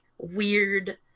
weird